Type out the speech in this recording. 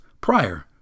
prior